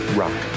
rock